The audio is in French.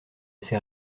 ces